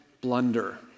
blunder